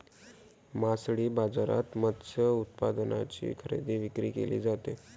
मासळी बाजारात मत्स्य उत्पादनांची खरेदी विक्री केली जाते